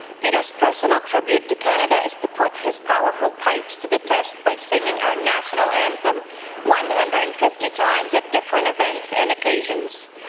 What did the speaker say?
peter's person ah contribute to canada is to put his powerful pipes to the test by singing our national anthem one hundred and fifty times at different events and occasions.